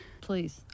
Please